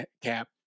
cap